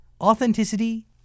Authenticity